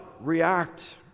react